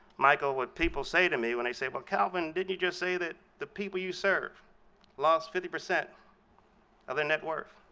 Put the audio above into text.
michael, what people say to me when they say, well, kelvin, didn't you just say that the people you serve lost fifty percent of their net worth?